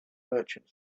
merchant